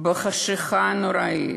בחשכה הנוראית.